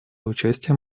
участия